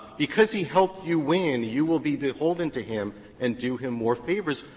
because he helped you win, you will be beholden to him and do him more favors.